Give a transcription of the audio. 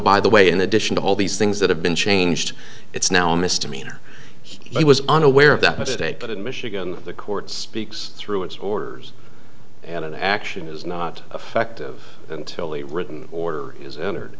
by the way in addition to all these things that have been changed it's now mr meehan or he was unaware of that mistake but in michigan the courts peeks through its orders and an action is not effective until the written order is entered